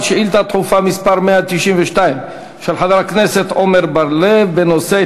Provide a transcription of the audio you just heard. שאילתה דחופה מס' 192 של חבר הכנסת עמר בר-לב בנושא: